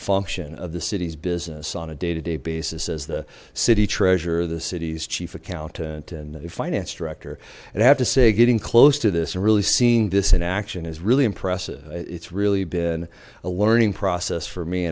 function of the city's business on a day to day basis as the city treasurer the city's chief accountant and the finance director i'd have to say getting close to this and really seeing this in action is really impressive it's really been a learning process for me